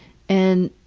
and